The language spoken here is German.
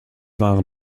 waren